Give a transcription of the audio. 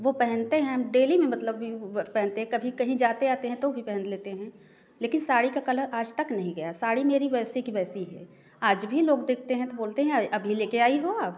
वह पहनते हैं हम डेली में मतलब भी पहनते हैं कभी कहीं जाते आते हैं तो भी पहन लेते हैं लेकिन साड़ी का कलर आज तक नहीं गया साड़ी मेरी वैसी की वैसी है आज भी लोग देखते हैं तो बोलते हैं अभी ले कर आई हो आप